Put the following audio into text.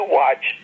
watch